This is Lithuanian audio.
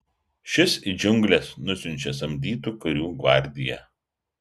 šis į džiungles nusiunčia samdytų karių gvardiją